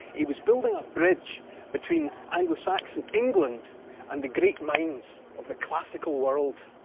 he was building a bridge between anglo-saxon england and the great minds of the classical world.